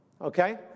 Okay